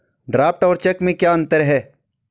Draft और cheque में क्या अंतर है?